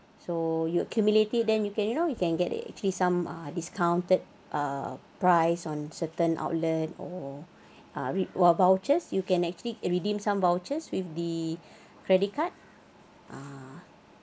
so you cumulative then you can you know you can get a actually some ah discounted uh price on certain outlet or uh while vouchers you can actually redeem some vouchers with the credit card ah